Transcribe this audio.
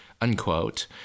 unquote